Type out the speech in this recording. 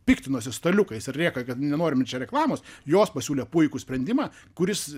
piktinosi staliukais ir rėkia kad nenorim čia reklamos jos pasiūlė puikų sprendimą kuris